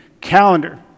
calendar